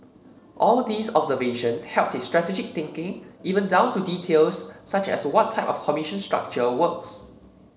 all these observations helped his strategic thinking even down to details such as what type of commission structure works